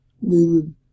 needed